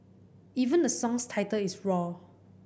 even the song's title is roar